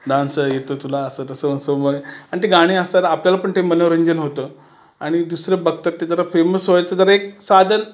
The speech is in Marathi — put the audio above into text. डान्स येतो तुला असं तसं असं बय आणि ते गाणे असतात आपल्याला पण ते मनोरंजन होतं आणि दुसरं बघतात ते जरा फेमस व्हायचं जरा एक साधन